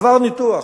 עבר ניתוח,